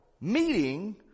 meeting